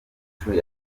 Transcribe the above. nshuro